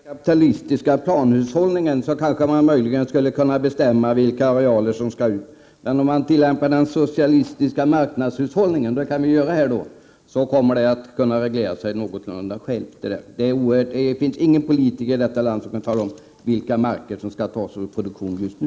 Herr talman! Det är möjligt om man tittar på den kapitalistiska planhushållningen att det går att bestämma vilka arealer som skall tas ut. Men om man tillämpar den socialistiska marknadshushållningen, som vi kan göra här, kommer det att regleras av sig självt. Det finns ingen politiker i detta land som kan tala om vilka marker som skall tas ur produktion just nu.